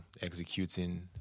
executing